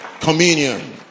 Communion